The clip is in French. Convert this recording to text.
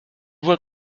voit